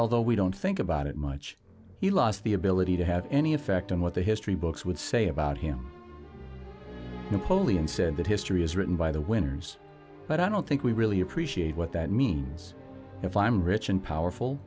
although we don't think about it much he lost the ability to have any effect on what the history books would say about him napoleon said that history is written by the winners but i don't think we really appreciate what that means if i'm rich and powerful